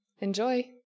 Enjoy